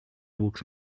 wuchs